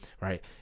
Right